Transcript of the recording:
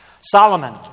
Solomon